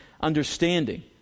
understanding